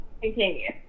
Continue